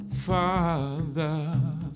Father